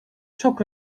çok